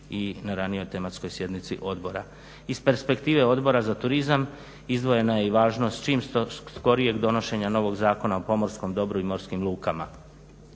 i na ranijoj tematskoj sjednici odbora. Iz perspektive Odbora za turizam izdvojena je i važnost što skorijeg donošenja novog Zakona o pomorskom dobru i morskim lukama.